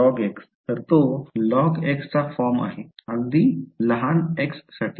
log तर तो log हा फॉर्मचा आहे अगदी लहान x साठी